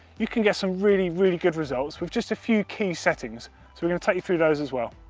you can get some really, really good results with just a few key settings, so we're going to take you through those as well.